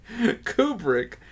Kubrick